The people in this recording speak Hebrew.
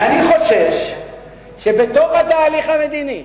ואני חושש שבתוך התהליך המדיני,